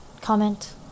comment